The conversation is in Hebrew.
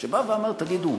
שבא ואמר: תגידו,